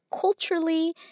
culturally